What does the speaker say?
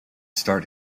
start